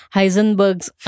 Heisenberg's